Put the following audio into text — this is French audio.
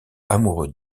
amoureux